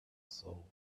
soul